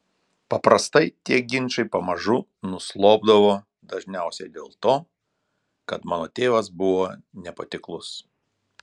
paprastai tie ginčai pamažu nuslopdavo dažniausiai dėl to kad mano tėvas buvo nepatiklus